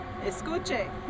Escuche